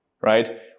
right